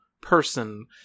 person